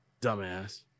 Dumbass